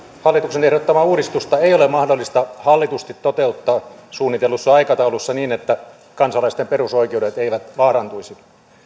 hallituksen ehdottamaa uudistusta ei ole mahdollista hallitusti toteuttaa suunnitellussa aikataulussa niin että kansalaisten perusoikeudet eivät vaarantuisi